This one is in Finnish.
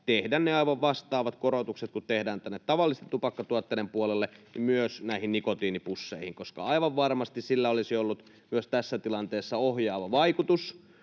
ne aivan vastaavat korotukset kuin tehdään tänne tavallisten tupakkatuotteiden puolelle. Aivan varmasti sillä olisi ollut tässä tilanteessa ohjaava vaikutus,